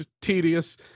tedious